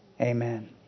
Amen